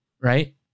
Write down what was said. right